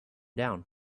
down